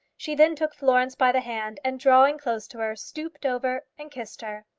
she then took florence by the hand, and drawing close to her, stooped over and kissed her.